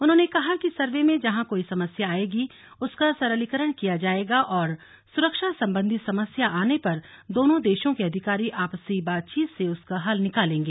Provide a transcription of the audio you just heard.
उन्होंने कहा कि सर्वे में जहां कोई समस्या आयेगी उसका सरलीकरण किया जायेगा और सुरक्षा सम्बन्धी समस्या आने पर दोनों देशों के अधिकारी आपसी बातचीत से उसका हल निकालेंगे